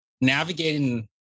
navigating